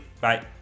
Bye